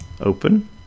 open